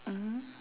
mmhmm